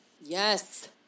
Yes